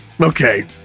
Okay